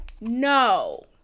no